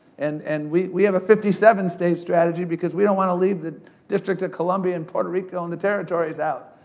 and and we we have a fifty seven state strategy because we don't wanna leave the district of colombia and puerto rico, and the territories out.